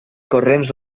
corrents